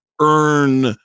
earn